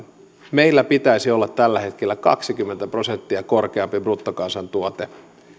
meillä pitäisi olla tällä hetkellä kaksikymmentä prosenttia korkeampi bruttokansantuote